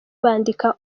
bandika